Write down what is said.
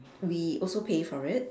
we also pay for it